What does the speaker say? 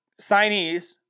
signees